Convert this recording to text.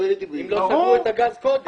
אם לא סגרו את הגז קודם.